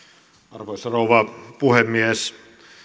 arvoisa rouva puhemies